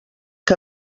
que